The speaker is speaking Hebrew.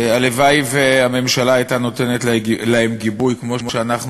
הלוואי שהממשלה הייתה נותנת להם גיבוי כמו שאנחנו